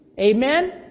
Amen